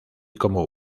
como